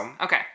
Okay